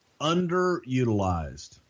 Underutilized